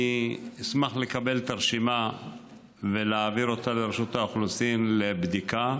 אני אשמח לקבל את הרשימה ולהעביר אותה לרשות האוכלוסין לבדיקה.